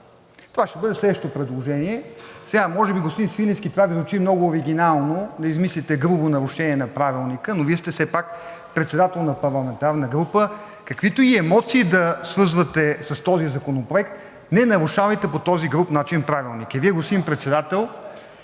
Това ще бъде следващото предложение. Господин Свиленски, може би това звучи много оригинално – да измислите грубо нарушение на Правилника, но Вие сте все пак председател на парламентарна група и каквито и емоции да свързвате с този законопроект, не нарушавайте по този груб начин Правилника. И Вие, господин Председател,